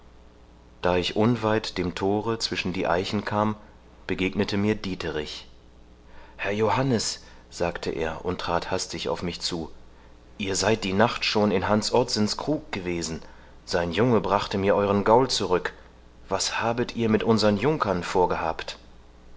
da ich unweit dem thore zwischen die eichen kam begegnete mir dieterich herr johannes sagte er und trat hastig auf mich zu ihr seid die nacht schon in hans ottsens krug gewesen sein junge brachte mir euren gaul zurück was habet ihr mit unsern junkern vorgehabt